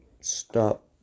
stop